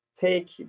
take